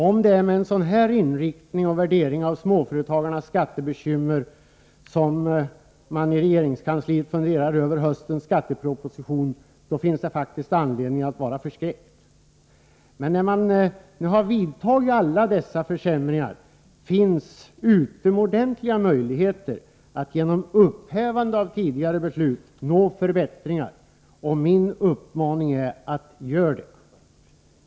Om det är med en sådan här inriktning och värdering av småföretagarnas skattebekymmer som man i regeringskansliet funderar över höstens skatteproposition, finns det faktiskt anledning att vara förskräckt. Men när man vidtagit alla dessa försämringar finns utomordentliga möjligheter att, genom upphävande av tidigare beslut, nå förbättringar. Min uppmaning är: Gör det!